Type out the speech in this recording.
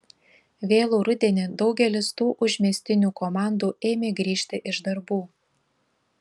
vėlų rudenį daugelis tų užmiestinių komandų ėmė grįžti iš darbų